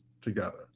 together